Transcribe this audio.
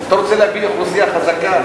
אתה רוצה להביא אוכלוסייה חזקה,